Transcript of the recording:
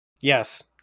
Yes